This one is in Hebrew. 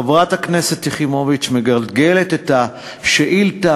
חברת הכנסת יחימוביץ מגלגלת את השאילתה